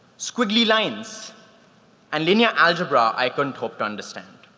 squiggly lines and linear algebra i couldn't hope to understand.